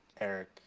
Eric